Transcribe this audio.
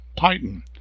Titan